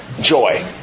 Joy